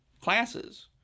classes